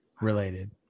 related